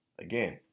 again